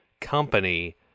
company